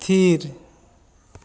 ᱛᱷᱤᱨ